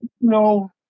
No